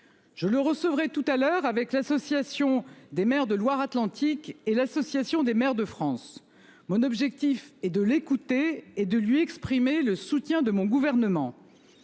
Je le recevrai tout à l'heure avec l'Association des maires de Loire-Atlantique et l'Association des maires de France. Mon objectif est de l'écouter et de lui exprimer le soutien de mon gouvernement.